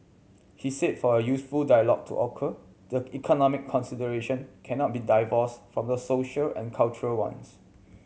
he said for a useful dialogue to occur the economic consideration cannot be divorced from the social and cultural ones